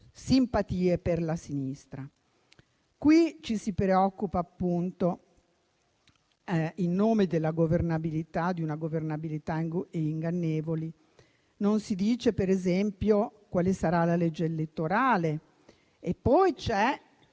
simpatie per la sinistra. Qui ci si preoccupa, appunto, in nome di una governabilità ingannevole. Non si dice, per esempio, quale sarà la legge elettorale e poi c'è